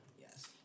Yes